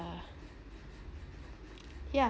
uh yeah